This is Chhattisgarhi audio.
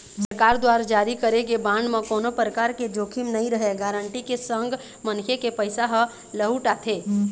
सरकार दुवार जारी करे गे बांड म कोनो परकार के जोखिम नइ रहय गांरटी के संग मनखे के पइसा ह लहूट आथे